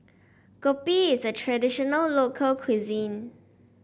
kopi is a traditional local cuisine